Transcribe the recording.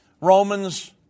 Romans